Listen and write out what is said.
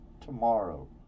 tomorrow